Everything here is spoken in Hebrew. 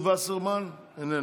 רות וסרמן, איננה.